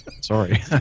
Sorry